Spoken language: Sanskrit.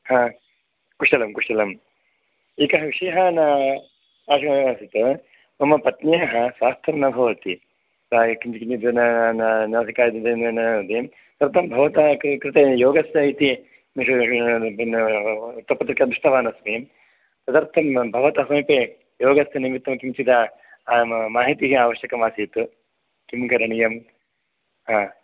कुशलं कुशलम् एकः विषयः न मम पत्न्याः स्वास्थ्यं न भवति प्रायः किञ्चित् किञ्चित् जनानां अधिकारिजन कथं भवतः कृते योगस्य इति दृष्टवानस्मि तदर्थं भवतः समीपे योगस्य निमित्तं किञ्चित् माहितिः आवश्यकम् आसीत् किं करणीयं ह